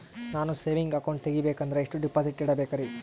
ನಾನು saving account ತೆಗಿಬೇಕಂದರ ಎಷ್ಟು ಡಿಪಾಸಿಟ್ ಇಡಬೇಕ್ರಿ?